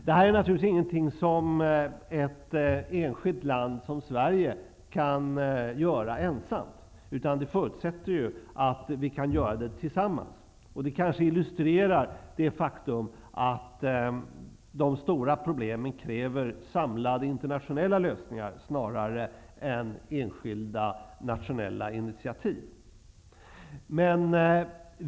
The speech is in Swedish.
Det här är naturligtvis inte något som ett enskilt land som Sverige kan göra ensamt, utan det förutsätter att vi kan göra arbetet tillsammans. Det kanske illustrerar det faktum att de stora problemen kräver samlade internationella lösningar snarare än enskilda nationella initiativ.